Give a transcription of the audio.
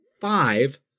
five